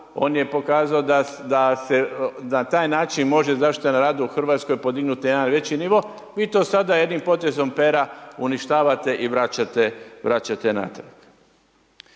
on je pokazao da se na taj način može zaštita na radu u Hrvatskoj podignuti na jedan veći nivo, vi to sada jednim potezom pera uništavate i vraćate natrag.